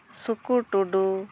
ᱥᱩᱠᱩ ᱴᱩᱰᱩ